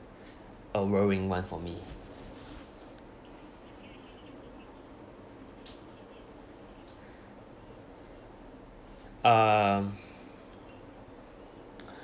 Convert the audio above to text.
a worrying one for me um